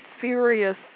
serious